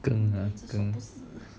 羹